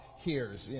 Hears